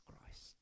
Christ